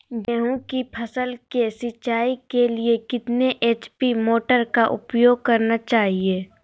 गेंहू की फसल के सिंचाई के लिए कितने एच.पी मोटर का उपयोग करना चाहिए?